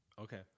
Okay